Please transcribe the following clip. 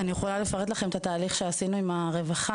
אני יכולה לפרט לכם את התהליך שעשינו עם הרווחה,